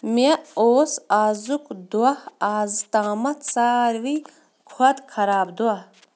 مےٚ اوس آزُک دۄہ آز تامَتھ ساروٕے کھۄتہٕ خراب دۄہ